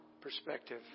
perspective